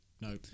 No